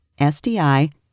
SDI